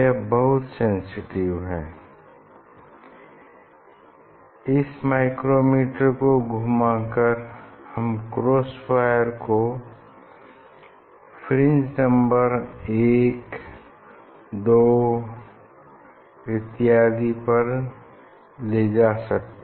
यह बहुत सेंसिटिव है इस माइक्रोमीटर को घुमाकर हम क्रॉस वायर को फ्रिंज नंबर 1 2 इत्यादि पर ले जा सकते हैं